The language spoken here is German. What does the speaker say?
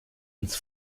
ins